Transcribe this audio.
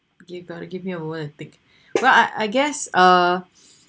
give got to give me a moment to think but I I guess uh